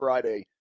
Friday